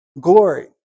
glory